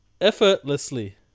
Effortlessly